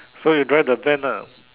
so you drive the van ah